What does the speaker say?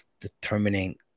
determining